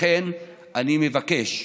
לכן אני מבקש: